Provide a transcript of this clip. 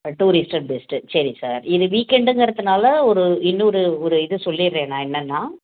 tourist best சரிங்க sir இது week எண்டுங்கறத்துனால ஒரு இன்னொரு ஒரு இது சொல்லிர்றேன் நான் என்னன்னா